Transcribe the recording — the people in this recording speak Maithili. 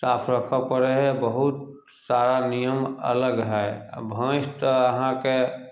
साफ रखऽ पड़ै हइ बहुत सारा नियम अलग हइ भैँस तऽ अहाँके